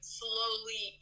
slowly